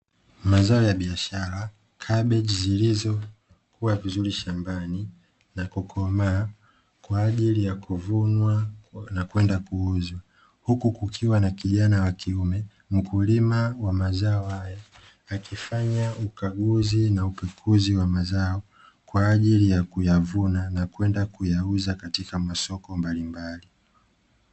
Mazao ya biashara kabichi zilizokua vizuri shambani na kukomaa kwa ajili ya kuvunwa na kwenda kuuzwa, huku kukiwa na kijana wa kiume mkulima wa mazao haya akifanya ukaguzi na upekuzi wa mazao kwa ajili ya kuyavuna na kwenda kuyauza katika masoko mbalimbali.